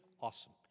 Awesome